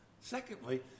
Secondly